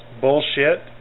bullshit